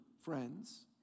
friends